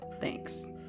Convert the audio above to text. Thanks